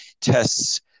tests